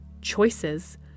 choices